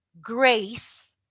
grace